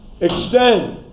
Extend